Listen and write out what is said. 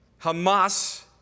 Hamas